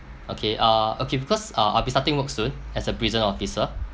okay uh okay because uh I'll be starting work soon as a prison officer